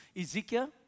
Ezekiel